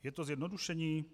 Je to zjednodušení?